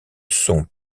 sont